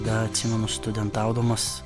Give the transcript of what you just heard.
dar atsimenu studentaudamas